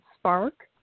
spark